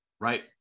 right